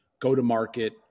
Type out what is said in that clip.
go-to-market